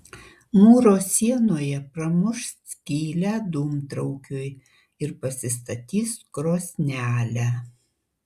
mūro sienoje pramuš skylę dūmtraukiui ir pasistatys krosnelę